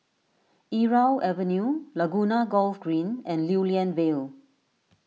Irau Avenue Laguna Golf Green and Lew Lian Vale